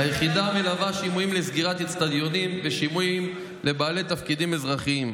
היחידה מלווה שימועים לסגירת אצטדיונים ושימועים לבעלי תפקידים אזרחיים.